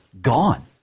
Gone